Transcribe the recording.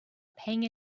pang